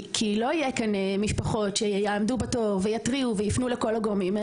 כי לא יהיו כאן משפחות שיעמדו בתור ויתריעו ויפנו לכל הגורמים.